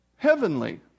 Heavenly